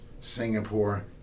Singapore